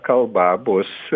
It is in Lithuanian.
kalba bus